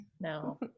No